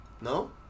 No